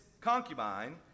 concubine